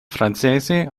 francese